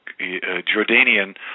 Jordanian